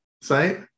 site